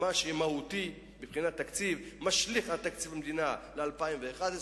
מה שיהיה מהותי מבחינת תקציב ומשליך על תקציב המדינה ל-2011,